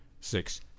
six